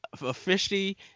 officially